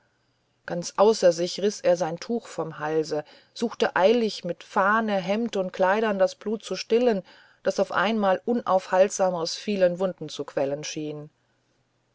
ganz außer sich riß er sein tuch vom halse suchte eilig mit fahne hemd und kleidern das blut zu stillen das auf einmal unaufhaltsam aus vielen wunden zu quellen schien